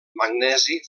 magnesi